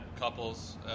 Couples